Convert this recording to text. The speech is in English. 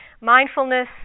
Mindfulness